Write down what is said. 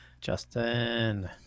Justin